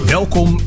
Welkom